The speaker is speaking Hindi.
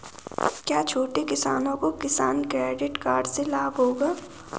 क्या छोटे किसानों को किसान क्रेडिट कार्ड से लाभ होगा?